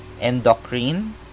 endocrine